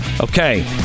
Okay